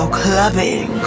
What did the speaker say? clubbing